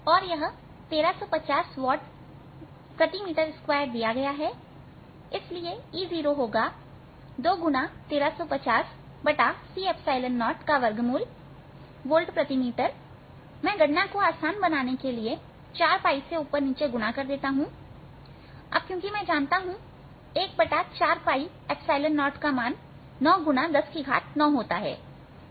और यह 1350 वॉट प्रति मीटर स्क्वायर दिया गया है और इसलिए E0होगा 21350cε0मैं गणना को आसान बनाने के लिए 4से ऊपर नीचे गुणा कर देता हूं क्योंकि मैं जानता हूं कि 140का मान 9 x 109 होता है